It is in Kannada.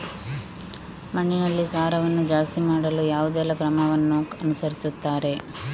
ಮಣ್ಣಿನಲ್ಲಿ ಸಾರವನ್ನು ಜಾಸ್ತಿ ಮಾಡಲು ಯಾವುದೆಲ್ಲ ಕ್ರಮವನ್ನು ಅನುಸರಿಸುತ್ತಾರೆ